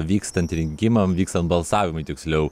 vykstant rinkimam vykstant balsavimui tiksliau